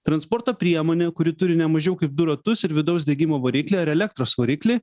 transporto priemonė kuri turi ne mažiau kaip du ratus ir vidaus degimo variklį ar elektros variklį